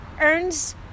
earns